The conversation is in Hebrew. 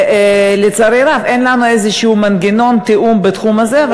ולצערי הרב אין לנו איזשהו מנגנון תיאום בתחום הזה.